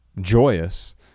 joyous